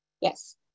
Yes